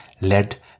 led